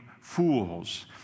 fools